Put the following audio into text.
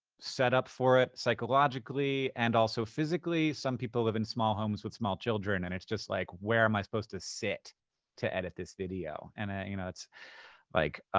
set up for it psychologically and also physically. some people live in small homes with small children, and it's just like, where am i supposed to sit to edit this video? and you know it's like,